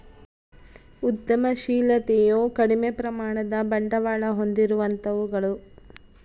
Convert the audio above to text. ಉದ್ಯಮಶಿಲತೆಯು ಕಡಿಮೆ ಪ್ರಮಾಣದ ಬಂಡವಾಳ ಹೊಂದಿರುವಂತವುಗಳು